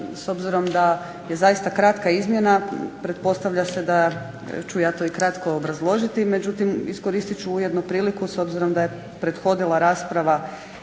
S obzirom da je zaista kratka izmjena pretpostavlja se da ću ja to kratko i obrazložiti, međutim iskoristit ću ujedno priliku s obzirom da je prethodila rasprava